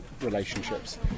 relationships